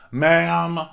ma'am